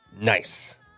Nice